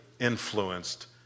influenced